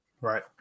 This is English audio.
Right